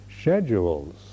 schedules